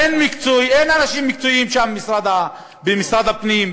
אין אנשים מקצועיים שם במשרד הפנים,